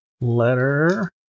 letter